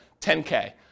10K